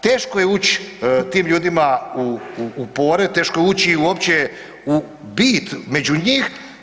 Teško je uć tim ljudima u pore, teško je ući uopće u bit među njih.